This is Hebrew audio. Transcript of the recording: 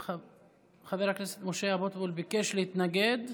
חבר הכנסת משה אבוטבול ביקש להתנגד.